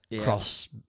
cross